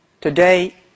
Today